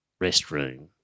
restroom